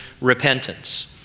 repentance